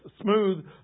Smooth